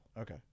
Okay